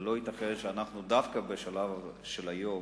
לא ייתכן שאנחנו דווקא בשלב של היום,